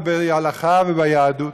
בהלכה וביהדות.